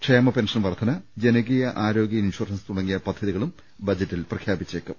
ക്ഷേമ പെൻഷൻ വർദ്ധ ന ജനകീയ ആരോഗൃ ഇൻഷുറൻസ് തുടങ്ങിയ പദ്ധതികളും ബജറ്റിൽ പ്രഖ്യാപിച്ചേക്കും